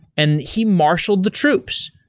and he marshaled the troops.